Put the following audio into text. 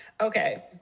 Okay